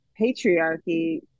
Patriarchy